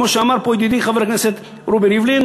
כמו שאמר פה ידידי חבר הכנסת רובי ריבלין,